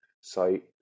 site